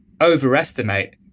overestimate